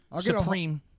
Supreme